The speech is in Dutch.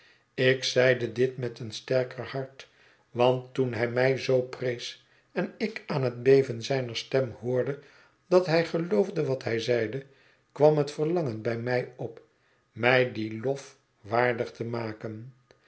ik zeide dit met een sterker hart want toen hij mij zoo prees en ik aan het beven zijner stem hoorde dat hij geloofde wat hij zeide kwam het verlangen bij mij op mij dien lof waardig te maken